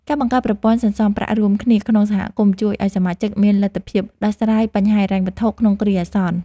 ការបង្កើតប្រព័ន្ធសន្សំប្រាក់រួមគ្នាក្នុងសហគមន៍ជួយឱ្យសមាជិកមានលទ្ធភាពដោះស្រាយបញ្ហាហិរញ្ញវត្ថុក្នុងគ្រាអាសន្ន។